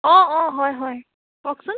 অঁ অঁ হয় হয় কওকচোন